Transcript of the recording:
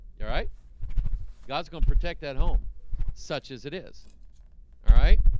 yeah right god's gonna protect that home such as it is all right